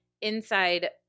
inside